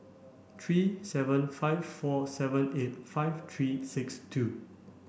three seven five four seven eight five three six two